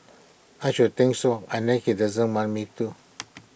I should think so unless he doesn't want me to